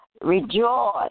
rejoice